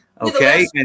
Okay